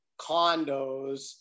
condos